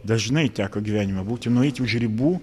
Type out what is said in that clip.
dažnai teko gyvenime būti nueiti už ribų